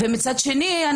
מצד שני,